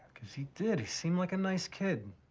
cause he did. he seemed like a nice kid.